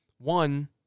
one